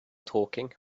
talking